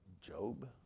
Job